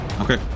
Okay